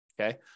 Okay